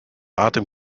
atem